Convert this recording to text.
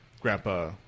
Grandpa